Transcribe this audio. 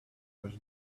was